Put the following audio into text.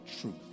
truth